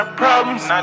problems